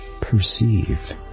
perceive